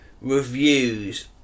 reviews